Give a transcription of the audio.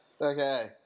Okay